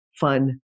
fun